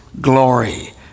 glory